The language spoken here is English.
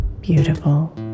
beautiful